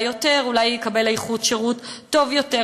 יותר אולי יקבל איכות שירות טובה יותר,